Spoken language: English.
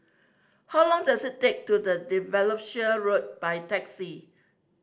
how long does it take to the Derbyshire Road by taxi